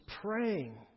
praying